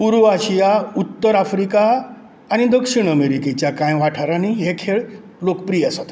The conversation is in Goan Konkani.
पूर्व आशिया उत्तर आफ्रिका आनी दक्षीण अमेरिकेच्या कांय वाठारांनी हे खेळ लोकप्रीय आसात